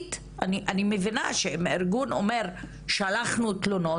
וסלעית אני מבינה שאם ארגון אומר שלחנו תלונות,